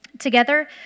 Together